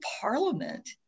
Parliament